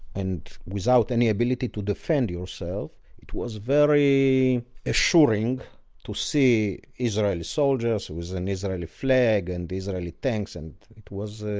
and without any ability to defend yourself, it was very assuring to see israeli soldiers with an israeli flag and israeli tanks. and it was ah